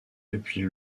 depuis